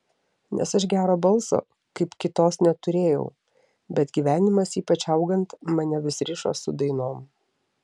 nes aš gero balso kaip kitos neturėjau bet gyvenimas ypač augant mane vis rišo su dainom